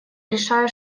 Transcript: решаю